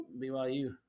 BYU